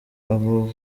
abo